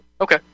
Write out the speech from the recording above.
Okay